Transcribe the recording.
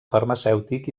farmacèutic